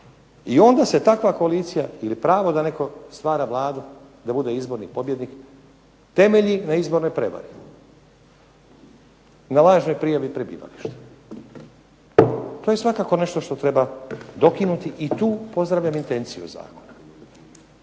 i onda se takva koalicija ili pravo da netko stvara Vladu, da bude izborni pobjednik temelji na izbornoj prevari, na lažnoj prijavi prebivališta. To je svakako nešto što treba dokinuti i tu pozdravljam intenciju zakona.